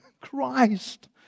Christ